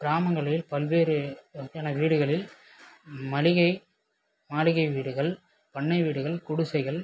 கிராமங்களில் பல்வேறு வகையான வீடுகளில் மளிகை மாளிகை வீடுகள் பண்ணை வீடுகள் குடிசைகள்